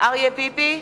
אריה ביבי,